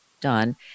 done